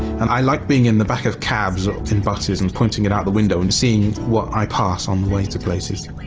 and i like being in the back of cabs ah and buses and pointing it out the window and seeing what i pass on the way to places.